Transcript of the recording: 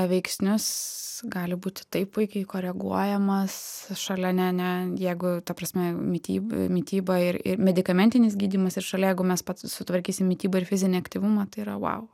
veiksnius gali būti taip puikiai koreguojamas šalia ne ne jeigu ta prasme mityb mityba ir ir medikamentinis gydymas ir šalia jeigu mes pat sutvarkysim mitybą ir fizinį aktyvumą tai yra vau